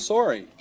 Sorry